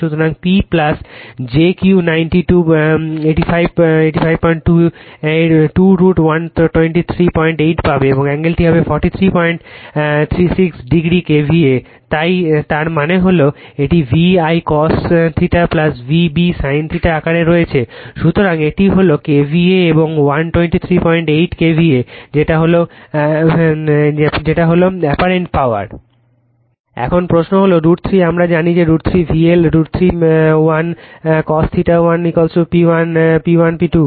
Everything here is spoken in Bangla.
সুতরাং P j Q 90 2 85 2 এর 2 √ 1238 পাবে এবং অ্যাঙ্গেল হবে 4336 o K VA তাই তার মানে এটি হল V I cos V b sin θ আকারে রয়েছে। সুতরাং এখন এটি হলো K VA এবং 1238 K VA যেটা এখন অ্যাপারেন্ট পাওয়ার। এখন প্রশ্ন হল √ 3 আমরা জানি যে √ 3 VL √ 1 cos θ 1 P l P1